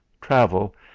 travel